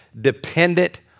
dependent